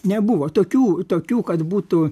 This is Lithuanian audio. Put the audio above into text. nebuvo tokių tokių kad būtų